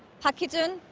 park hee-jun,